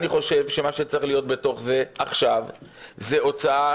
מה שצריך להיות בתוך זה עכשיו זאת הוצאה